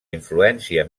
influència